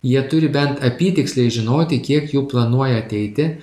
jie turi bent apytiksliai žinoti kiek jų planuoja ateiti